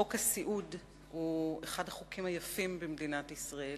חוק הסיעוד הוא אחד החוקים היפים במדינת ישראל.